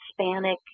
Hispanic